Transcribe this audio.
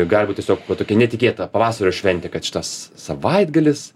gali būt tiesiog va tokia netikėta pavasario šventė kad šitas savaitgalis